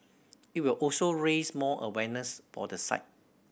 it will also raise more awareness for the site